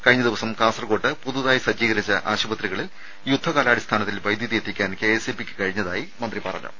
കഴിഞ്ഞ കിവസം കാസർകോട്ട് പുതുതായി സജ്ജീകരിച്ച ആശുപത്രികളിൽ യുദ്ധകാലാടിസ്ഥാനത്തിൽ വൈദ്യുതിയെത്തിക്കാൻ കെ എസ് ഇ ബിയ്ക്ക് കഴിഞ്ഞതായി മന്ത്രി പറഞ്ഞു